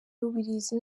rubirizi